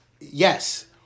Yes